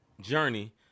journey